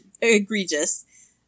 egregious